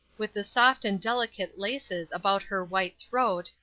with the soft and delicate laces about her white throat,